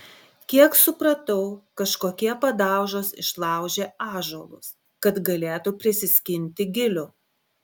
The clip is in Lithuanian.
kiek supratau kažkokie padaužos išlaužė ąžuolus kad galėtų prisiskinti gilių